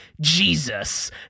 Jesus